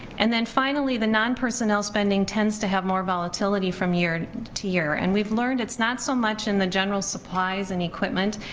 and then finally, the non-personnel spending tends to have more volatility from year to year and we've learned it's not so much in the general supplies and equipment,